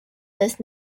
this